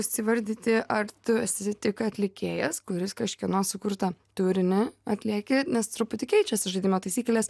įsivardyti ar tu esi tik atlikėjas kuris kažkieno sukurtą turinį atlieki nes truputį keičiasi žaidimo taisyklės